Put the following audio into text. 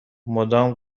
مدام